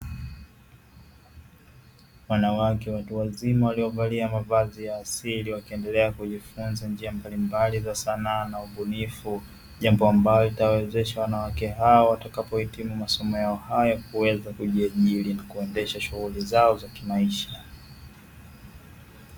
Wanawake watu wazima waliovalia mavazi ya asili wakiendelea kujifunza njia mbalimbali za sanaa na ubunifu, jambo ambayo itawezesha wanawake hao watakapo hitimu masomo yao hayo kuweza kujiajili na kuendesha shughuli zao za kimaisha.